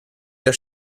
der